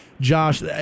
Josh